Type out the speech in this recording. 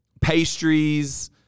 pastries